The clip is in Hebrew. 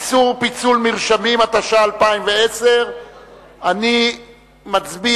איסור פיצול מרשמים), התש"ע 2010. אני מצביע.